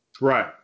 Right